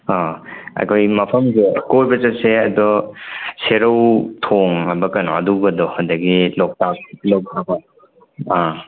ꯑꯥ ꯑꯩꯈꯣꯏ ꯃꯐꯝꯁꯦ ꯀꯣꯏꯕ ꯆꯠꯁꯦ ꯑꯗꯣ ꯁꯦꯔꯧ ꯊꯣꯡ ꯍꯥꯏꯕ꯭ꯔꯥ ꯀꯩꯅꯣ ꯑꯗꯨꯒꯗꯣ ꯑꯗꯨꯗꯒꯤ ꯂꯣꯛꯇꯥꯛ ꯑꯥ